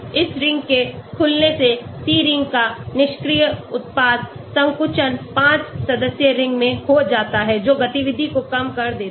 इस रिंग के खुलने से C रिंग का निष्क्रिय उत्पाद संकुचन 5 सदस्यीय रिंग में हो जाता है जो गतिविधि को कम कर देता है